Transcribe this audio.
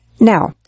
Now